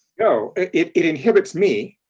no, it it inhibits me,